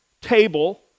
table